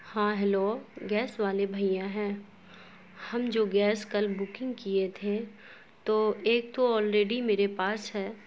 ہاں hello gas والے بھیا ہیں ہم جو گیس کل بکنگ کیے تھے تو ایک تو آلریڈی میرے پاس ہے